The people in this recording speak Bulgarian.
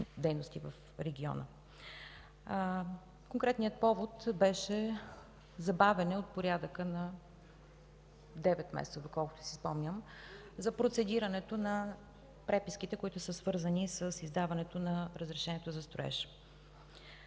дейности в региона. Конкретният повод беше забавяне от порядъка на 9 месеца, доколкото си спомням, за процедирането на преписките, които са свързани с издаването на разрешението за строеж.